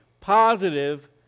positive